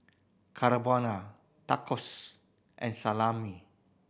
Carbonara Tacos and Salami